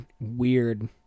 weird